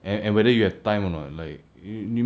and and whether you have time or not like you you 你没有时间